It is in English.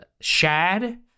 Shad